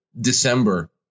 December